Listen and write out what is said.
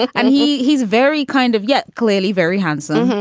and he he's very kind of yet clearly very handsome.